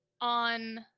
on